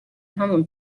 همان